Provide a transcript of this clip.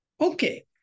Okay